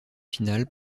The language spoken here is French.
finale